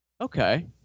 Okay